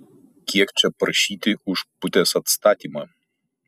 kiek čia prašyti už putės atstatymą